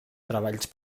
treballs